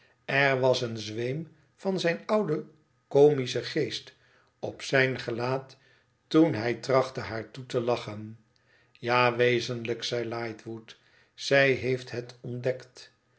r was een zweem van zijn ouden comischen geest op zijn gelaat toen hij trachtte haar toe te lachen ja wezenlijk zeilightwood zij heeft het ontdekt